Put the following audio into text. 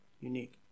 unique